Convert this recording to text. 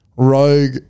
Rogue